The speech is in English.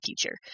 future